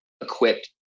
equipped